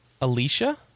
Alicia